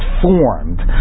formed